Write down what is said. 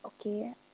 okay